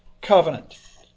covenant